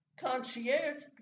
concierge